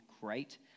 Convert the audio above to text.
great